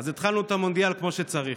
אז התחלנו את המונדיאל כמו שצריך.